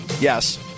Yes